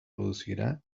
producirá